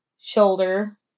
shoulder